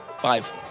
Five